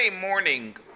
morning